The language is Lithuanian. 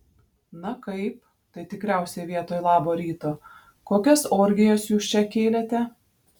na kaip tai tikriausiai vietoj labo ryto kokias orgijas jūs čia kėlėte